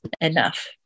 enough